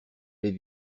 les